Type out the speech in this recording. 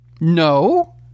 No